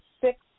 six